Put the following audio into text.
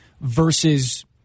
versus